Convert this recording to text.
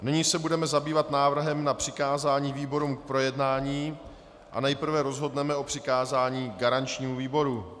Nyní se budeme zabývat návrhem na přikázání výborům k projednání a nejprve rozhodneme o přikázání garančnímu výboru.